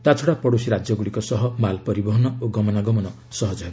ତାଛଡ଼ା ପଡ଼ୋଶୀ ରାଜ୍ୟଗୁଡ଼ିକ ସହ ମାଲ ପରିବହନ ଓ ଗମନାଗମନ ସହଜ ହେବ